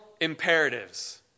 imperatives